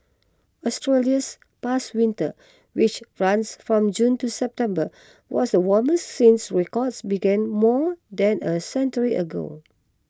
Australia's past winter which runs from June to September was the warmest since records began more than a century ago